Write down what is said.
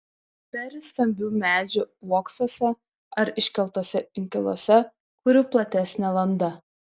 peri stambių medžių uoksuose ar iškeltuose inkiluose kurių platesnė landa